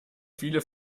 viele